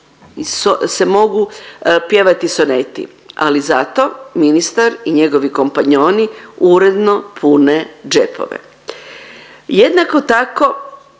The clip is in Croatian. se mogu pjevati soneti, ali zato ministar i njegovi kompanjoni uredno pune džepove. Jednako tako